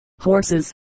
horses